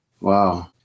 Wow